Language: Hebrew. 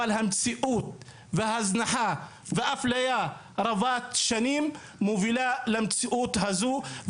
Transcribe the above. אבל המציאות וההזנחה והאפליה רבת השנים מובילה למציאות הזו,